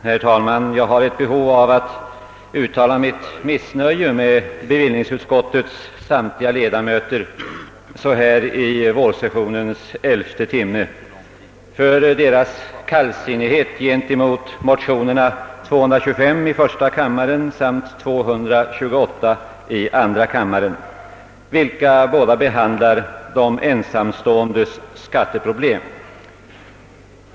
Herr talman! Jag har ett behov av att uttala mitt missnöje med utskottets samtliga ledamöter så här i vårsessionens elfte timme för deras kallsinnighet gentemot motionerna I: 225 och II: 228, vilka båda behandlar de ensamståendes skatteproblem.